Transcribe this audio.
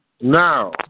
Now